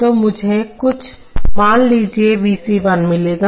तो मुझे कुछ मान लीजिए V c 1 मिलेगा